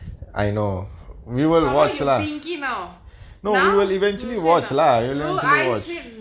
someone you pinky now நா:naa yes I know you I sit